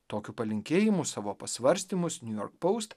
tokiu palinkėjimu savo pasvarstymus niujork poust